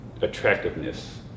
attractiveness